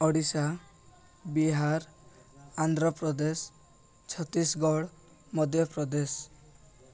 Odisha Bihar Andhra Pradesh Chhattisgarh Madhya Pradesh